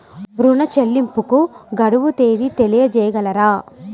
ఋణ చెల్లింపుకు గడువు తేదీ తెలియచేయగలరా?